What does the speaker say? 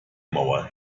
mauer